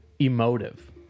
emotive